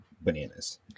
bananas